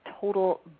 total